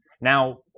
Now